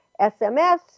SMS